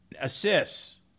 Assists